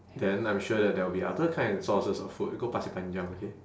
then I'm sure that there'll be other kind sources of food go pasir panjang okay